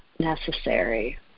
necessary